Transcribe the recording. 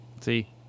See